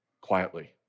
quietly